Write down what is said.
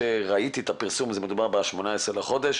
עד כמה שראיתי את הפרסום, מדובר ב-18 לחודש.